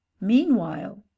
meanwhile